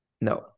No